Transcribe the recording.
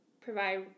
provide